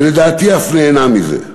ולדעתי, אף נהנה מזה.